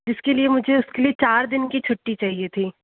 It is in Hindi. इसके लिए मुझे उसके लिए चार दिन कि छुट्टी चाहिए थी